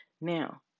Now